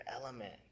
element